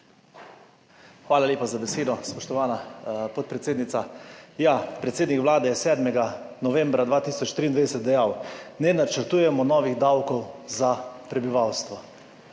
Hvala lepa za besedo, spoštovana podpredsednica. Predsednik Vlade je 7. novembra 2023 dejal: »Ne načrtujemo novih davkov za prebivalstvo.«